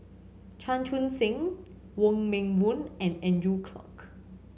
Chan Chun Sing Wong Meng Voon and Andrew Clarke